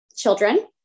children